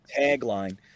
tagline